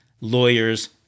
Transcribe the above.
lawyers